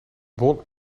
bon